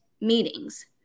meetings